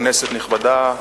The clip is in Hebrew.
כנסת נכבדה,